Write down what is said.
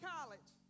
College